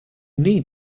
need